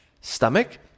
stomach